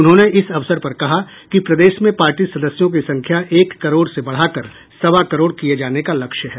उन्होंने इस अवसर पर कहा कि प्रदेश में पार्टी सदस्यों की संख्या एक करोड़ से बढ़ा कर सवा करोड़ किये जाने का लक्ष्य है